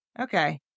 Okay